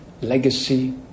legacy